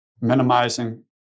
minimizing